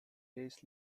days